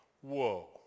Whoa